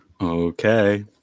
Okay